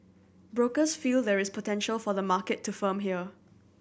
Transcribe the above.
brokers feel there is potential for the market to firm here